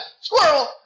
Squirrel